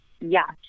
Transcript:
Yes